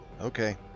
Okay